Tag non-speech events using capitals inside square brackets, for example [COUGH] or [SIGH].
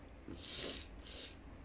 [NOISE] [NOISE]